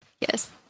yes